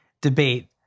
debate